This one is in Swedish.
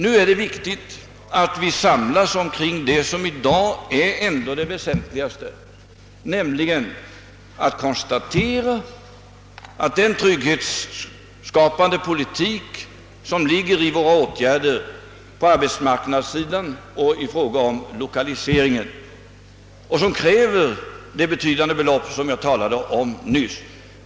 Nu är det viktigt att vi samlas omkring det som i dag ändå är det väsentligaste, nämligen konstaterandet att den trygghetsskapande politik som ligger i våra åtgärder på arbetsmarknaden och i fråga om lokaliseringen och som kräver de betydande belopp som jag talade om nyss.